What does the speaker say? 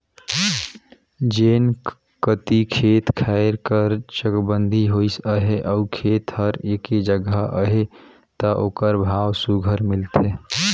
जेन कती खेत खाएर कर चकबंदी होइस अहे अउ खेत हर एके जगहा अहे ता ओकर भाव सुग्घर मिलथे